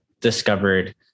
discovered